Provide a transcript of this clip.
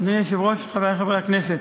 אדוני היושב-ראש, חברי חברי הכנסת,